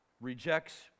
rejects